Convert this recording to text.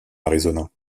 arizona